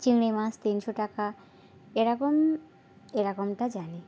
চিংড়ি মাছ তিনশো টাকা এ রকম এ রকমটা জানি